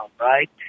right